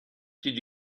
did